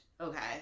Okay